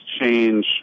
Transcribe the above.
change